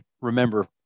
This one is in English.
remember